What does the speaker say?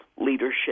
leadership